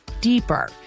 deeper